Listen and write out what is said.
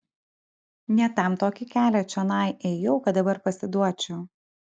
ne tam tokį kelią čionai ėjau kad dabar pasiduočiau